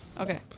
Okay